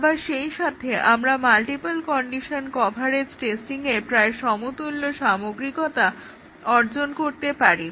আবার সেই সাথে আমরা মাল্টিপল কন্ডিশন কভারেজ টেস্টিংয়ের প্রায় সমতুল্য সামগ্রিকতা অর্জন করতে পারি